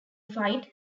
fight